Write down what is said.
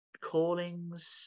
callings